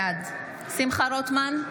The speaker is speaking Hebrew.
בעד שמחה רוטמן,